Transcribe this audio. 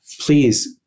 please